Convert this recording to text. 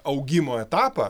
augimo etapą